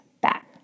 back